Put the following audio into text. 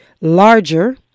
larger